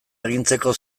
agintzeko